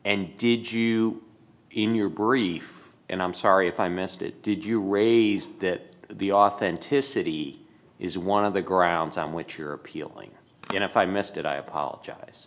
and did you in your brief and i'm sorry if i missed it did you raise that the authenticity is one of the grounds on which you're appealing and if i missed it i apologize